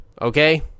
okay